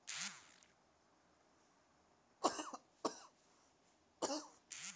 पइसा जमा कर के आपन काम, घर अउर बच्चा सभ ला कइल जाला